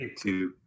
two